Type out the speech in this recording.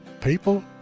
People